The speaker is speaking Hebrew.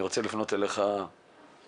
אני רוצה לפנות לראש המועצה